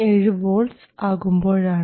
17 volts ആകുമ്പോഴാണ്